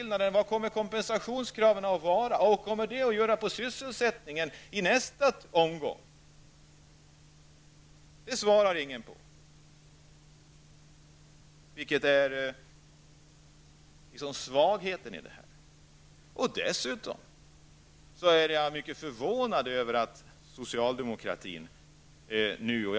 Hurdana blir kompensationskraven, eftersom man har ökat löneskillnaderna? Vad blir följden för sysselsättningen i nästa omgång? Dessa frågor, som gäller svagheter i systemet, svarar ingen på. Jag är dessutom mycket förvånad över socialdemokratins argumentation.